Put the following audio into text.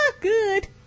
Good